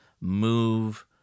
move